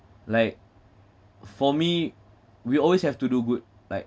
like for me we always have to do good like